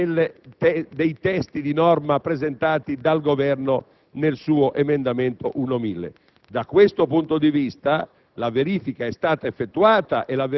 a pena di nullità, dei testi di norma presentati dal Governo nel suo emendamento 1.1000. Da questo punto di vista,